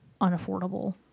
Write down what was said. unaffordable